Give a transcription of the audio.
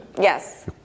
Yes